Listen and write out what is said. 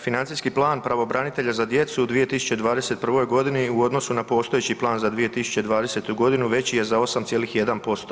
Financijski plan pravobranitelja za djecu u 2021. g. u odnosu na postojeći plan za 2020. g. veći je za 8,1%